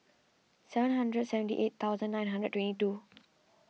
seven hundred seventy eight thousand nine hundred twenty two